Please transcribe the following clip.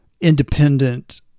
independent